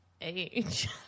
age